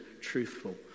truthful